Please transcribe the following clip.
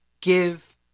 give